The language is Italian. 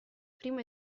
primo